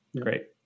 Great